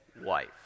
wife